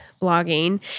blogging